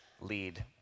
lead